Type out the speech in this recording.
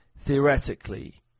theoretically